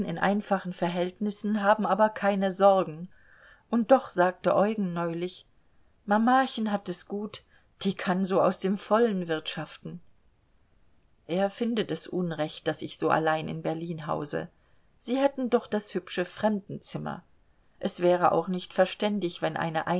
in einfachen verhältnissen haben aber keine sorgen und doch sagte eugen neulich mamachen hat es gut die kann so aus dem vollen wirtschaften er findet es unrecht daß ich so allein in berlin hause sie hätten doch das hübsche fremdenzimmer es wäre auch nicht verständig wenn eine